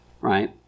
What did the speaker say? right